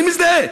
אני מזדהה.